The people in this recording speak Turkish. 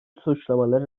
suçlamaları